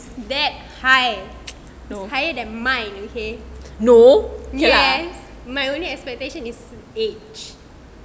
that high it's higher than mine okay yes my only expectation is age